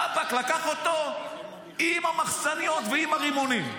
רבאק, לקח אותו עם המחסניות ועם הרימונים.